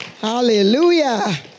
Hallelujah